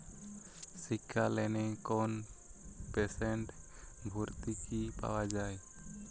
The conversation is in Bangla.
শিক্ষা লোনে কত পার্সেন্ট ভূর্তুকি পাওয়া য়ায়?